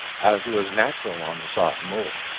as was natural on the soft mould,